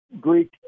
Greek